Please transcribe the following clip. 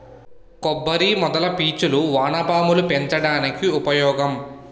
కొబ్బరి మొదల పీచులు వానపాములు పెంచడానికి ఉపయోగం